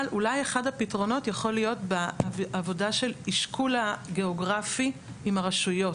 אבל אולי אחד הפתרונות יכול להיות עבודה של אישכול גיאוגרפי עם הרשויות.